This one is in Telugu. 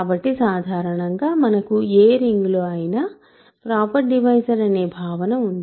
కాబట్టి సాధారణంగా మనకు ఏ రింగ్లో అయిన ప్రాపర్ డివైజర్ అనే భావన ఉంది